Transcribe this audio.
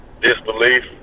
disbelief